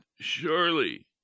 surely